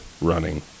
running